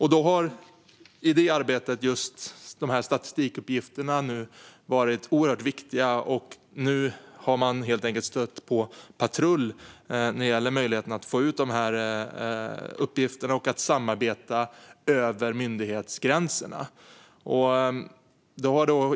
I detta arbete har statistikuppgifterna varit viktiga, men nu har man stött på patrull vad gäller möjligheten att få ut dessa uppgifter och att samarbeta över myndighetsgränserna.